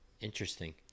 Interesting